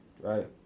Right